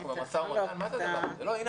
אנחנו במשא-ומתן.